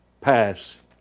pass